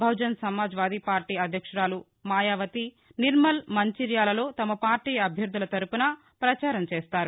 Bahujan Samaj party అధ్యక్షురాలు మాయావతి నిర్మల్ మంచిర్యాలలో తమ పార్టీ అభ్యర్డుల తరపున పచారం చేస్తారు